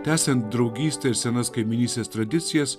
tęsiant draugystę ir senas kaimynystės tradicijas